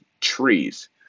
trees